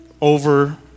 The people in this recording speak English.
over